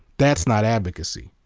that's not advocacy.